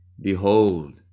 Behold